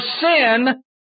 sin